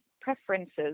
preferences